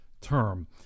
term